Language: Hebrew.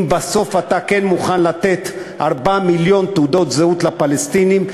אם בסוף אתה כן מוכן לתת 4 מיליון תעודות זהות לפלסטינים,